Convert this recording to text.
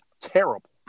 Terrible